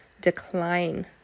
decline